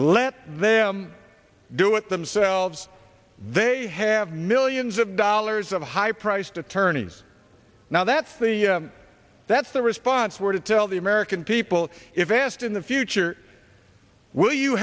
let them do it themselves they have millions of dollars of high priced attorneys now that's the that's the response we're to tell the american people if asked in the future will you